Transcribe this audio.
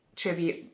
Tribute